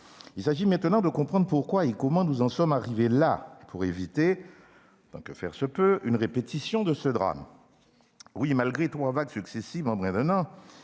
il s'agit maintenant de comprendre pourquoi et comment nous en sommes arrivés là, pour éviter, autant que faire se peut, une répétition de ce drame. Malgré trois vagues successives en moins d'un an,